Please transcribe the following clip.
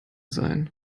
sein